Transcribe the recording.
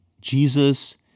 Jesus